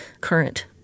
current